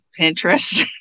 Pinterest